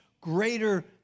greater